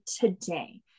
today